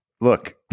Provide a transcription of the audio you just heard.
Look